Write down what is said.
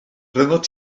rhyngot